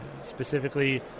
specifically